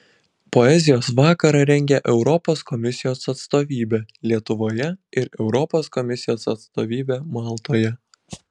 poezijos vakarą rengia europos komisijos atstovybė lietuvoje ir europos komisijos atstovybė maltoje